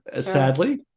sadly